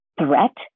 Threat